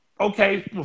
Okay